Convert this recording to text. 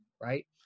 right